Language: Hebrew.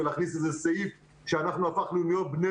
ולהכניס איזה סעיף שאנחנו הפכנו להיות בני